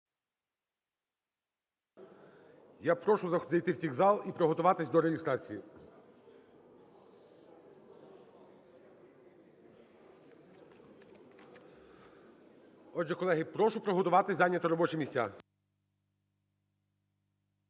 Я прошу заходити всіх в зал і приготуватись до реєстрації. Отже, колеги, прошу підготуватися і зайняти робочі місця.